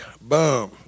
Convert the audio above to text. Boom